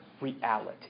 reality